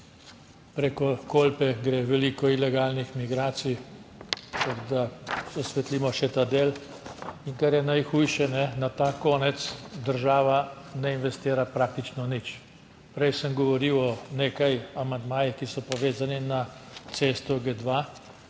Preko Kolpe gre veliko ilegalnih migracij, tako da osvetlimo še ta del in kar je najhujše, na ta konec država ne investira praktično nič. Prej sem govoril o nekaj amandmajih, ki so pa vezani na cesto G2